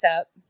up